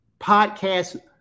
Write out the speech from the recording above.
podcast